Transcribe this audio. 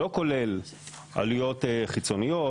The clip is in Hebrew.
לא כולל עלויות חיצוניות,